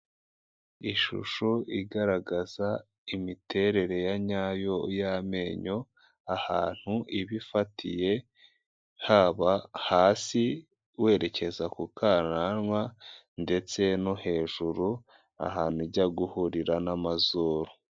Ishusho igaragaza imiterere nyayo y'amenyo ahantu ibifatiye haba hasi werekeza ku kananwa ndetse no hejuru ahantu ijya guhurira n'amazuru.